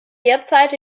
derzeit